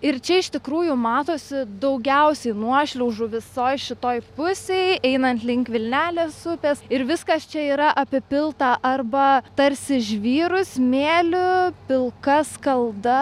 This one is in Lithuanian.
ir čia iš tikrųjų matosi daugiausiai nuošliaužų visoj šitoj pusėj einant link vilnelės upės ir viskas čia yra apipilta arba tarsi žvyru smėliupilka skalda